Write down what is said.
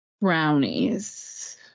Brownies